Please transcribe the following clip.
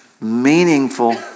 meaningful